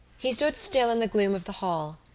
he stood still in the gloom of the hall,